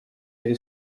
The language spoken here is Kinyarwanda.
yari